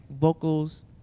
vocals